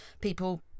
people